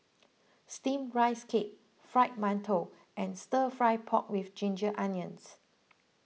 Steamed Rice Cake Fried Mantou and Stir Fried Pork with Ginger Onions